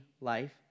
life